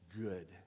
good